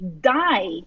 die